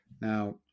Now